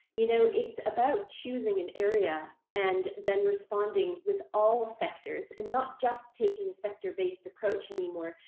you know, it's about choosing an area and then responding with all sectors and not just taking a sector based approach anymore.